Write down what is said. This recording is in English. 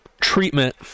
treatment